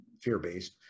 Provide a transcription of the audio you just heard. fear-based